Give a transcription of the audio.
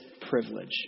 privilege